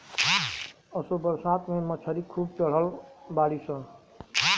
असो बरसात में मछरी खूब चढ़ल बाड़ी सन